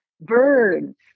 Birds